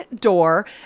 door